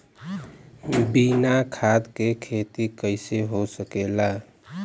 बिना खाद के खेती कइसे हो सकेला?